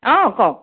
অঁ কওক